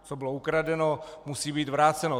Co bylo ukradeno, musí být vráceno.